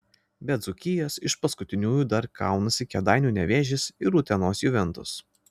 be dzūkijos iš paskutiniųjų dar kaunasi kėdainių nevėžis ir utenos juventus